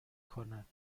کند